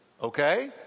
Okay